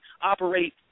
operate